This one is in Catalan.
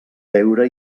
veure